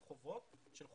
של חובות מצטברים,